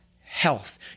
health